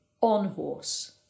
on-horse